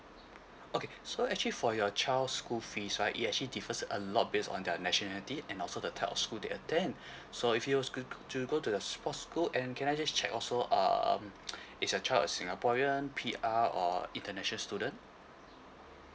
okay so actually for your child school fees right it actually differs a lot based on their nationality and also the type of school they attend so if he were go to go to the sports school and can I just check also um it's your child a singaporean P_R or international student